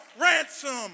ransom